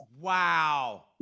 Wow